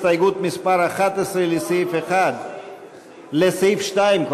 לא, לא, אנחנו לפני סעיף 1. אם כן, 4 ו-5 מסירים.